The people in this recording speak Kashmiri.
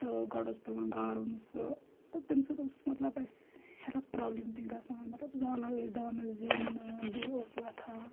تہٕ گۄڈٕ اوس پیٚوان گارُن سُہ تہٕ تمہِ سۭتۍ اوس مَطلَب اَسہِ ہیٚلٕتھ پرابلِم تہِ گَژھان مَطلَب زالان أسۍ دانَس زِیُن دُہ اوس وَتھان